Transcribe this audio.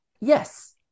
Yes